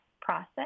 process